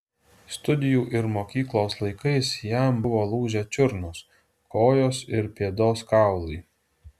studijų ir mokyklos laikais jam buvo lūžę čiurnos kojos ir pėdos kaulai